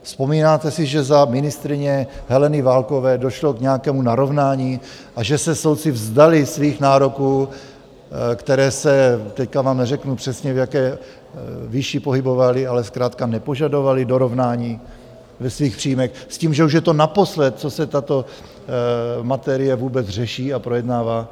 Vzpomínáte si, že za ministryně Heleny Válkové došlo k nějakému narovnání a že se soudci vzdali svých nároků, které se, teď vám neřeknu přesně, v jaké výši pohybovaly, ale zkrátka nepožadovaly dorovnání ve svých příjmech s tím, že už je to naposled, co se tato materie vůbec řeší a projednává.